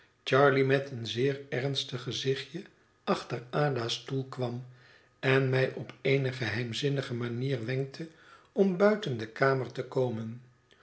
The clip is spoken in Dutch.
charley met een zeer ernstig gezichtje achter ada's stoel kwam en mij op eene geheimzinnige manier wenkte om buiten de kamer te komen